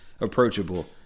Approachable